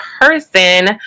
person